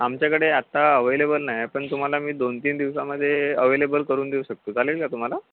आमच्याकडे आत्ता अव्हेलेबल नाही आहे पण तुम्हाला मी दोन तीन दिवसामध्ये अवेलेबल करून देऊ शकतो चालेल का तुम्हाला